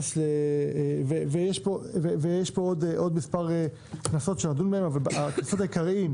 יש פה עוד כמה קנסות שנדון בהם אבל הקנסות העיקריים,